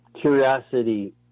curiosity